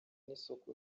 n’isoko